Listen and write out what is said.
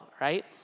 right